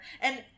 And-